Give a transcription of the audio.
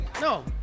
No